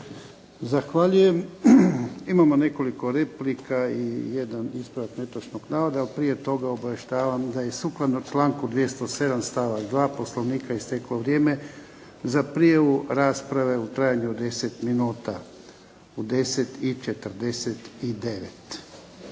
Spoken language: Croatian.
Zahvaljujem. Imamo nekoliko replika i jedan ispravak netočnog navoda. Ali prije toga, obavještavam, da je sukladno članku 207. stavak 2. Poslovnika isteklo vrijeme za prijavu rasprave u trajanju od 10 minuta. U 10,49.